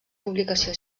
publicació